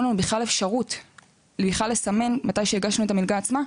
לנו בכלל אפשרות לסמן מתי שהגשנו את המלגה עצמה,